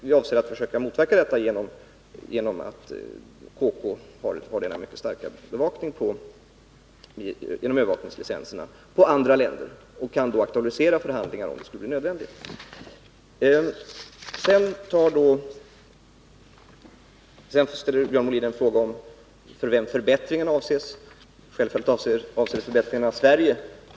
Vi avser att försöka motverka detta genom att kommerskollegium med övervakningslicenserna har denna mycket starka bevakning av andra länder och därmed kan aktualisera förhandlingar om det skulle bli nödvändigt. Björn Molin frågar för vem förbättringarna avses. Självfallet avser förbättringarna Sverige.